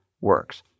works